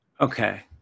Okay